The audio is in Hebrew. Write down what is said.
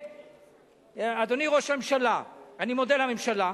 אדוני ראש הממשלה, אני מודה לממשלה,